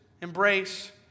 embrace